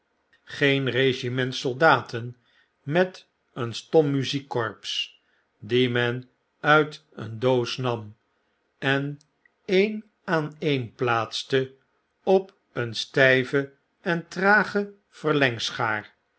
geen rigiment soldaten met een stom muziekkorps die men uit een doos nam en een aan een plaatste op een styve en trage